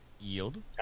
Yield